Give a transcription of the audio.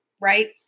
right